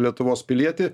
lietuvos pilietį